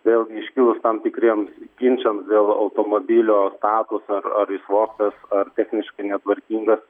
vėlgi iškilus tam tikriems ginčams dėl automobilio status ar ar jis vogtas ar techniškai netvarkingas